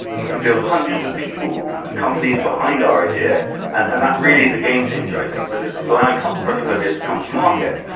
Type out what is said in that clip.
and we can build hundreds of people and companies behind our idea, and that really is a game changer i think because it's allowing project ideas to come to market,